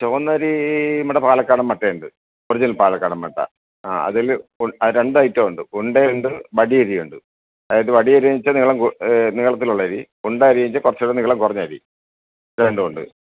ചുവന്നരി നമ്മുടെ പാലക്കാടൻ മട്ടയുണ്ട് ഒർജിനൽ പാലക്കാടൻ മട്ട ആ അതിൽ രണ്ടയിറ്റം ഉണ്ട് ഉണ്ടയുണ്ട് വടിയരിയുണ്ട് അതായത് വടി അരിന്ന് വച്ചാൽ നീളം കൂടി നീളത്തിലുള്ള അരി ഉണ്ട അരി കുറച്ചൂടെ നീളം കുറഞ്ഞരി ഇത് രണ്ടും ഉണ്ട്